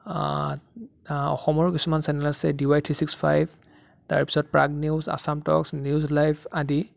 অসমৰো কিছুমান চেনেল আছে D Y three six five তাৰপিছত Prag news Assam talks news live আদি